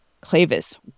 Clavis